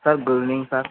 sir good evening sir